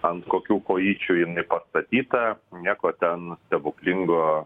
ant kokių kojyčių jinai atstatyta nieko ten stebuklingo